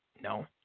No